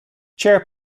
chair